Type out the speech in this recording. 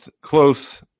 close